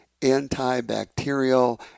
antibacterial